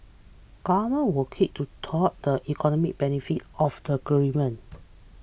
governments were kick to tout the economic benefits of the agreement